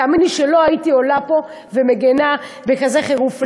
תאמין לי שלא הייתי עולה פה ומגינה בכזה חירוף נפש,